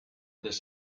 this